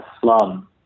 slum